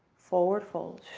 forward fold.